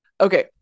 Okay